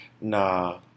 Nah